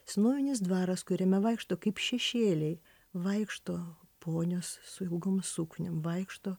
senovinis dvaras kuriame vaikšto kaip šešėliai vaikšto ponios su ilgom sukniom vaikšto